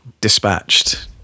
dispatched